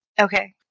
Okay